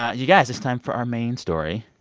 you guys, it's time for our main story.